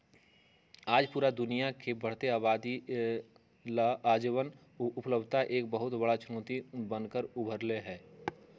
आज पूरा दुनिया के बढ़ते आबादी ला अनजवन के उपलब्धता एक बहुत बड़ा चुनौती बन कर उभर ले है